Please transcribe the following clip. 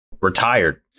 Retired